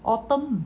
autumn